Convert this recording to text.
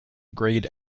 grayed